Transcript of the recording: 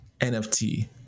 NFT